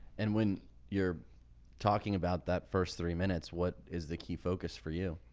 and when you're talking about that first three minutes, what is the key focus for you?